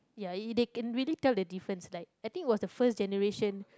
ya they can really tell the difference like I think it was the first generation